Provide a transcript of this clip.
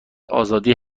آزادی